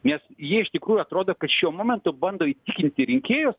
nes jie iš tikrųjų atrodo kad šiuo momentu bando įtikinti rinkėjus